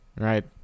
right